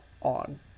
on